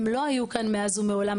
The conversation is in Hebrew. הם לא היו כאן מאז ומעולם.